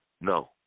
No